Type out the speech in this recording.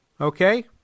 Okay